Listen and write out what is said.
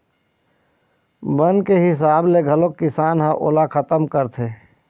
बन के हिसाब ले घलोक किसान ह ओला खतम करथे